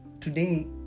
today